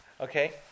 Okay